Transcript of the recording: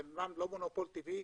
אמנם זה לא מונופול טבעי,